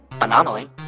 anomaly